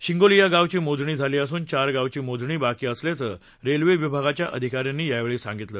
शिंगोली या गावची मोजणी झाली असुन चार गावची मोजणी बाकी असल्याचं रेल्वे विभागाच्या अधिकाऱ्यांनी यावेळी सांगितलं